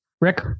Rick